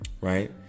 right